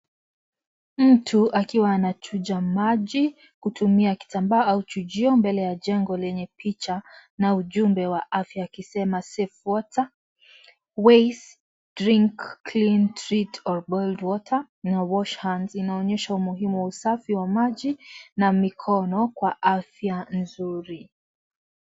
Mtu akiwa anachuja maji kutumia kitambaa au chujio mbele ya jengo lenye picha na ujumbe wa afya ikisema " Safe water ways, clean drink or boiled water na wash hands ". Inaonyesha umuhimu wa usafi wa maji na mikono kwa afya nzuri.